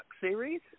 series